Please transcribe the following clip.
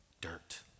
dirt